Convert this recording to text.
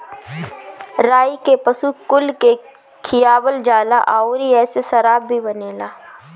राई के पशु कुल के खियावल जाला अउरी एसे शराब भी बनेला